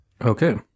Okay